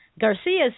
Garcia